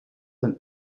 een